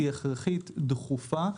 הכרחית ודחופה,